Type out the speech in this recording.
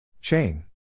Chain